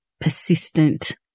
persistent